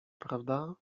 prawda